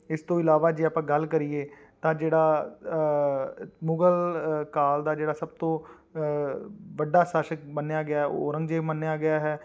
ਇਸ ਤੋਂ ਇਲਾਵਾ ਜੇ ਆਪਾਂ ਗੱਲ ਕਰੀਏ ਤਾਂ ਜਿਹੜਾ ਮੁਗਲ ਕਾਲ ਦਾ ਜਿਹੜਾ ਸਭ ਤੋਂ ਵੱਡਾ ਸ਼ਾਸਕ ਮੰਨਿਆ ਗਿਆ ਉਹ ਔਰੰਗਜ਼ੇਬ ਮੰਨਿਆ ਗਿਆ ਹੈ